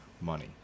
money